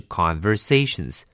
conversations